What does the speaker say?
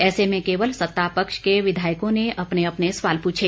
ऐसे में केवल सत्तापक्ष के विधायकों ने अपने अपने सवाल पूछे